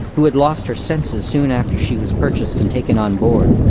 who had lost her senses soon after she was purchased and taken on board.